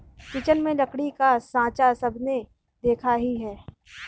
kitchen में लकड़ी का साँचा सबने देखा ही है